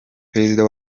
perezida